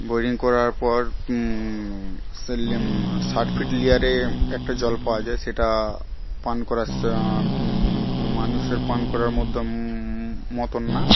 boring করার পর ষাট ফিট লেয়ারে একটা জল পাওয়া যায় সেটা পান করার মানুষের পান করার মতো মতোন না